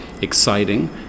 exciting